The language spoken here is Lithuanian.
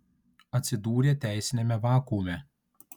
atsidūrė teisiniame vakuume